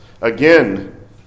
again